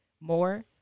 more